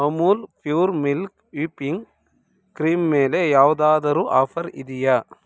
Amul pure milk whipping cream ಮೇಲೆ ಯಾವ್ದಾದರೂ offer ಇದೆಯಾ